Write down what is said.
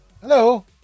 Hello